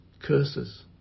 curses